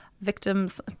victims